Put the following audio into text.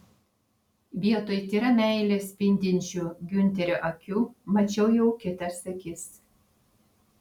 vietoj tyra meile spindinčių giunterio akių mačiau jau kitas akis